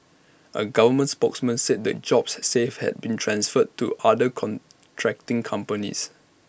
A government spokesman said the jobs saved had been transferred to other contracting companies